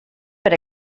per